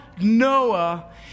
Noah